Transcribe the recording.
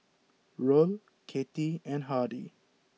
Roll Cathie and Hardy